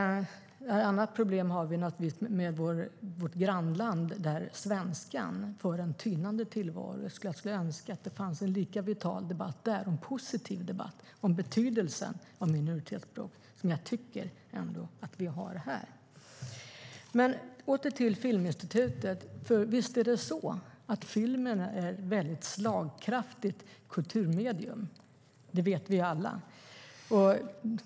I vårt grannland har man ett annat problem. Där för svenskan en tynande tillvaro. Jag skulle önska att det fanns en lika vital och positiv debatt där om betydelsen av minoritetsspråk som jag tycker att vi ändå har här. Åter till Filminstitutet. Visst är det så att filmen är ett väldigt slagkraftigt kulturmedium, det vet vi alla.